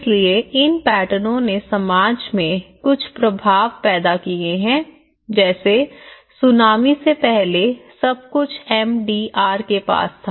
इसलिए इन पैटर्नों ने समाज में कुछ प्रभाव पैदा किए हैं जैसे सुनामी से पहले सब कुछ एम डी आर के पास था